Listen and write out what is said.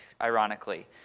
ironically